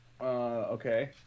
Okay